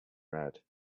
red